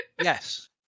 Yes